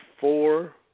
four